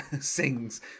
sings